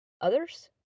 others